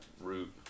root